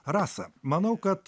rasa manau kad